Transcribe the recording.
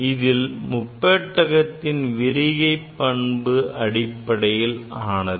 இது முப்பட்டகத்தின் விரிகை பண்பு அடிப்படையில் ஆனது